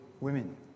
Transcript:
women